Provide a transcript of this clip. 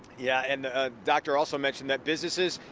yeah and ah doctor also mentioned that businesses,